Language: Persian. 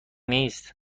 نیست